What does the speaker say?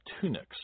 tunics